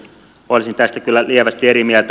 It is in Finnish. olisin tästä kyllä lievästi eri mieltä